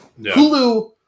Hulu